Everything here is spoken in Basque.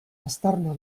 aztarna